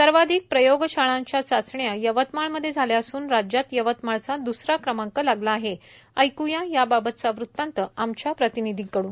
सर्वाधिक प्रयोग शाळांच्या चाचण्या यवतमाळमध्ये झाल्या असून राज्यात यवतमाळचा द्सरा क्रमांक लागला आहे ऐक़या या बाबतचा वृतांत आमच्या प्रतिनिधींकडून